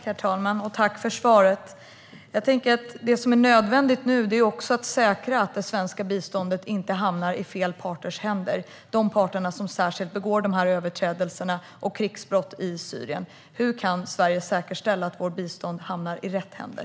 Herr talman! Tack, statsrådet, för svaret! Det som är nödvändigt nu är också att säkra att det svenska biståndet inte hamnar i fel parters händer - de parter som begår dessa överträdelser och krigsbrott i Syrien. Hur kan Sverige säkerställa att vårt bistånd hamnar i rätt händer?